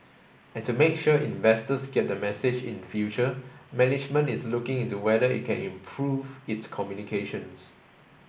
and to make sure investors get the message in future management is looking into whether it can improve its communications